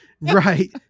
Right